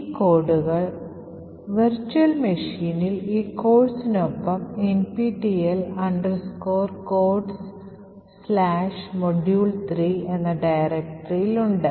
ഈ കോഡുകൾ വിർച്വൽ മെഷീനിൽ ഈ കോഴ്സിനൊപ്പം nptel codesmodule3 എന്ന ഡയറക്ടറിയിൽ ഉണ്ട്